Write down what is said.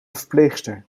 verpleegster